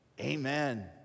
amen